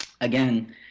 again